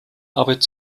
arbeit